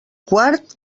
quart